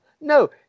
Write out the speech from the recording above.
No